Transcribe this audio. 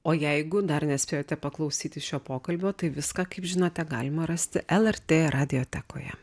o jeigu dar nespėjote paklausyti šio pokalbio tai viską kaip žinote galima rasti lrt radiotekoje